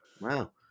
Wow